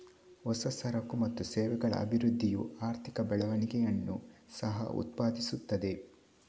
ಹೊಸ ಸರಕು ಮತ್ತು ಸೇವೆಗಳ ಅಭಿವೃದ್ಧಿಯು ಆರ್ಥಿಕ ಬೆಳವಣಿಗೆಯನ್ನು ಸಹ ಉತ್ಪಾದಿಸುತ್ತದೆ